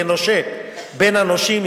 כנושה בין הנושים,